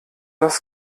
das